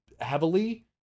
heavily